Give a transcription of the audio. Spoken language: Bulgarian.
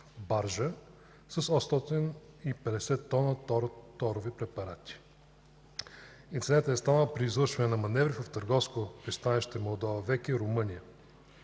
баржа, с 850 тона торови препарати. Инцидентът е станал при извършване на маневри в търговско пристанище Молдова Веке, Румъния